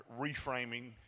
reframing